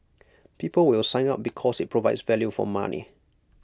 people will sign up because IT provides value for money